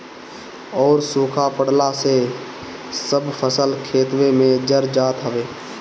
अउरी सुखा पड़ला से सब फसल खेतवे में जर जात हवे